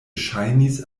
ŝajnis